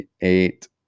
eight